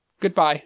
Goodbye